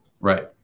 Right